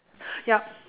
yup